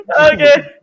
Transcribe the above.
Okay